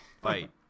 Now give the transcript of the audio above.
fight